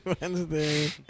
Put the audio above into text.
Wednesday